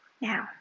Now